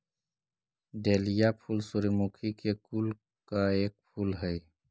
dahlia फूल सूर्यमुखी के कुल का एक फूल हई